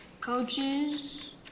coaches